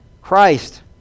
Christ